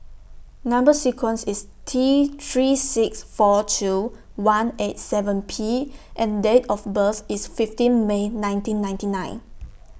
Number sequence IS T three six four two one eight seven P and Date of birth IS fifteen May nineteen ninety nine